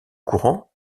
courant